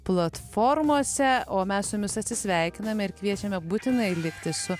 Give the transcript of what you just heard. platformose o mes su jumis atsisveikiname ir kviečiame būtinai likti su